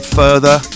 further